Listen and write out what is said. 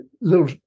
little